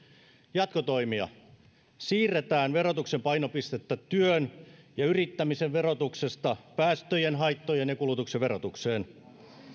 jatkotoimia siirretään verotuksen painopistettä työn ja yrittämisen verotuksesta päästöjen haittojen ja kulutuksen verotukseen